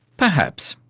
perhaps,